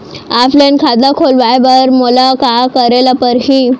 Offline खाता खोलवाय बर मोला का करे ल परही?